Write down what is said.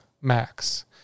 max